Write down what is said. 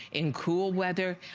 in cool weather,